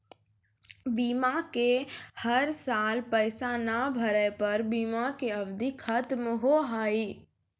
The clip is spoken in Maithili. बीमा के हर साल पैसा ना भरे पर बीमा के अवधि खत्म हो हाव हाय?